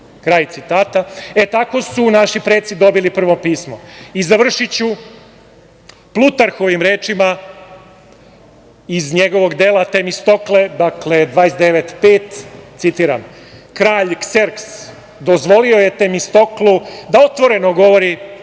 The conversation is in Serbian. kraj citata. E, tako su naši preci dobili prvo pismo. Završiću Plutarhovim rečima iz njegovog dela „Temistokle“. Dakle, 29/5 Citiram: „kralj Kserks dozvolio je Temistoklu da otvoreno govori